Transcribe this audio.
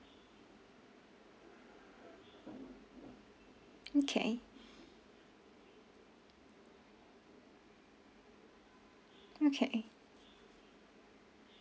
okay okay